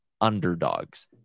underdogs